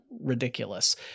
ridiculous